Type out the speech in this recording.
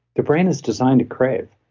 the brain is designed to crave,